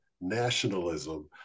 nationalism